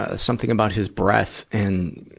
ah something about his breath in,